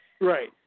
right